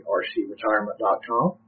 rcretirement.com